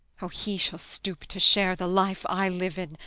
oh, he shall stoop to share the life i live in,